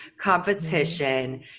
competition